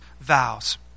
vows